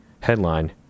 headline